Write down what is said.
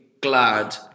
glad